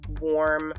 warm